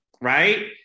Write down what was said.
right